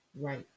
right